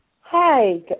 Hi